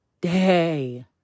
day